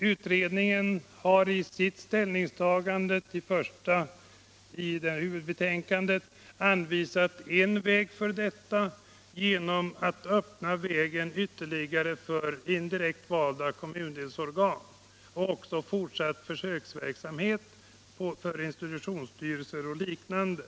Utredningen har i sitt ställningstagande i huvudbetänkandet anvisat sätt för detta: att öppna vägen ytterligare för indirekt valda kommundelsorgan och också att fortsätta försöksverksamheten med institutionsstyrelser och liknande.